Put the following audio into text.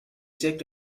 checked